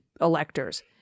electors